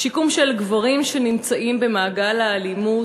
שיקום של גברים שנמצאים במעגל האלימות,